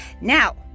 Now